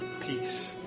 peace